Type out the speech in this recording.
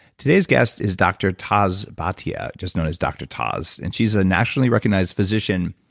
today's guest is dr. taz bhatia, just known as dr. taz, and she's a nationally recognized physician,